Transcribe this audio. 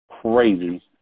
crazy